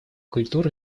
культур